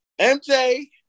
MJ